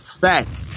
Facts